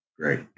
great